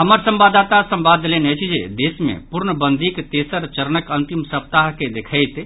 हमर संवाददाता संवाद देलनि अछि जे देश मे पूर्ण बंदीक तेसर चरणक अंतिम सप्ताह के देखैत